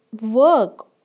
work